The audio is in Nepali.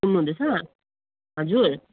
सुन्नुहुँदैछ हजुर